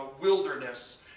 wilderness